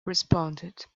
responded